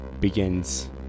begins